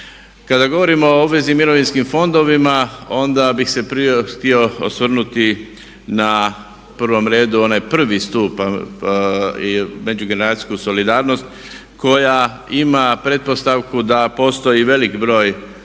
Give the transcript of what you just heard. Kada govorimo o obveznim mirovinskim fondovima onda bih se prije htio osvrnuti na prvom redu onaj prvi stup i međugeneracijsku solidarnost koja ima pretpostavku da postoji veliki broj